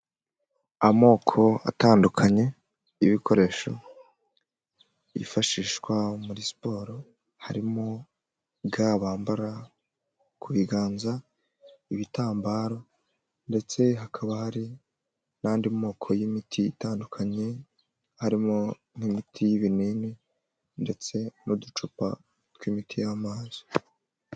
Amoko atandukanye y'ibikoresho byifashishwa muri siporo harimo ga bambara ku biganza ibitambaro ndetse hakaba hari n'andi moko y'imiti itandukanye harimo nk'imiti y'ibinini ndetse n'uducupa tw'imiti y'amazi.